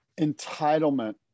entitlement